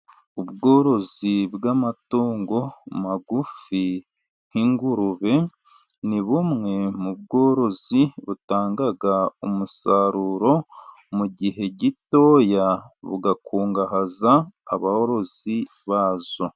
Ubworozi bw'amatungo magufi nk'ingurube, ni bumwe mu bworozi butanga umusaruro, mu gihe gitoya bugakungahaza aborozi bazo.